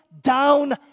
down